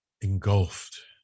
engulfed